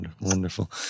wonderful